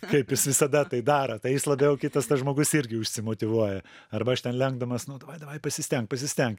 kaip jis visada tai daro tai jis labiau kitas tas žmogus irgi užsimotyvuoja arba aš ten lenkdamas nu davai davai pasistenk pasistenk